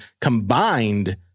combined